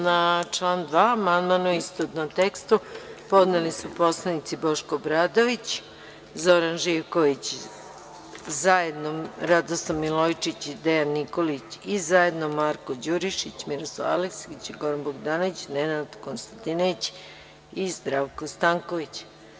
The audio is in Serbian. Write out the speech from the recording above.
Na član 2. amandman u istovetnom tekstu podneli su poslanici Boško Obradović, Zoran Živković, zajedno Radoslav Milojičić i Dejan Nikolić, i zajedno Marko Đurišić, Miroslav Aleksić, Goran Bogdanović, Nenad Konstantinović i Zdravko Stanković.